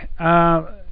Okay